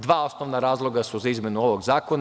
Dva osnovna razloga su za izmenu ovog zakona.